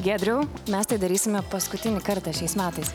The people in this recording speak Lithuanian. giedriau mes tai darysime paskutinį kartą šiais metais